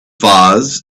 vase